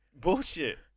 Bullshit